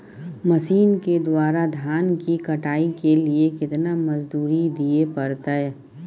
Machine के द्वारा धान की कटाइ के लिये केतना मजदूरी दिये परतय?